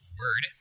word